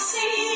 See